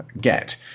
get